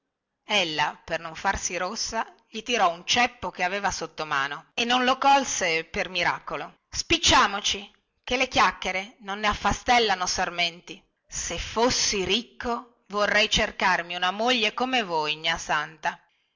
ella per non farsi rossa gli tirò un ceppo che aveva sottomano e non lo colse per miracolo spicciamoci che le chiacchiere non ne affastellano sarmenti se fossi ricco vorrei cercarmi una moglie come voi gnà santa